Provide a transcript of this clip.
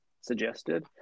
suggested